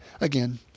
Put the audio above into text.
again